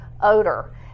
odor